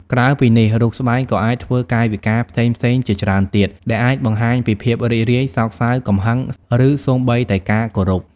ក្រៅពីនេះ រូបស្បែកក៏អាចធ្វើកាយវិការផ្សេងៗជាច្រើនទៀត ដែលអាចបង្ហាញពីភាពរីករាយ សោកសៅ កំហឹង ឬសូម្បីតែការគោរព។